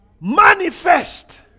manifest